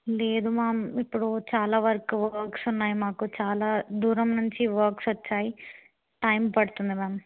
లేదు మ్యామ్ ఇప్పుడు చాలా వరకు వర్క్స్ ఉన్నాయి మాకు చాలా దూరం నుంచి వర్క్స్ వచ్చాయి టైం పడుతుంది మ్యామ్